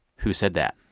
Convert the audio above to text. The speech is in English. who said that?